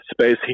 space